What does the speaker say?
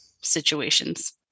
situations